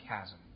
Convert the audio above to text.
chasm